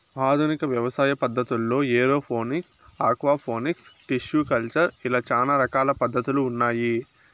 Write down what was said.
ఆధునిక వ్యవసాయ పద్ధతుల్లో ఏరోఫోనిక్స్, ఆక్వాపోనిక్స్, టిష్యు కల్చర్ ఇలా చానా రకాల పద్ధతులు ఉన్నాయి